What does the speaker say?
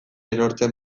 erortzen